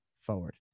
forward